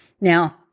Now